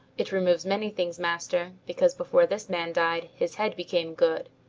it removes many things, master, because before this man died, his head became good.